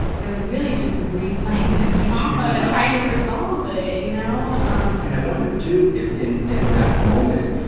i was really just replaying this trauma, trying to resolve it, you know. and i wonder, too, if in, in that moment,